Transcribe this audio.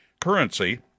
Currency